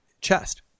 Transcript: chest